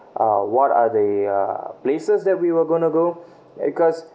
uh what are the are places that we were gonna go because